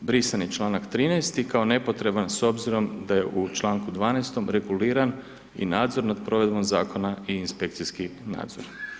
Brisan je čl. 13. kao nepotreban s obzirom da je u čl. 12. reguliran i nadzor nad provedbom Zakona i inspekcijski nadzor.